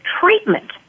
treatment